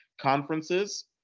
conferences